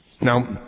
Now